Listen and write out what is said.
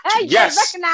Yes